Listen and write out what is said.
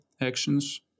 actions